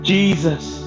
Jesus